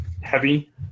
heavy